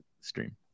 stream